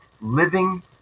living